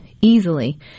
easily